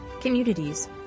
communities